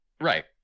Right